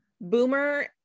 boomer